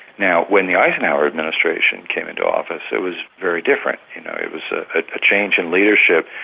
now when the eisenhower administration came into office, it was very different. you know, it was a ah change in leadership,